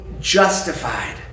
justified